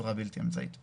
בצורה בלתי אמצעית.